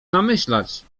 namyślać